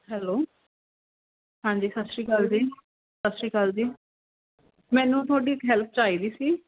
hello ਹਾਂਜੀ ਸਤਿ ਸ਼੍ਰੀ ਅਕਾਲ ਜੀ ਸਤਿ ਸ਼੍ਰੀ ਅਕਾਲ ਜੀ ਮੈਨੂੰ ਤੁਹਾਡੀ ਇੱਕ ਹੈਲਪ ਚਾਹੀਦੀ ਸੀ